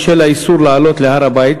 בשל האיסור לעלות להר-הבית,